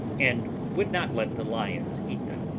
and would not let the lions eat them.